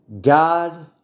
God